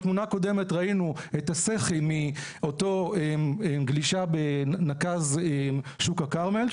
בתמונה הקודמת ראינו את הסחי מאותו גלישה בנקז שוק הכרמל,